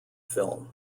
film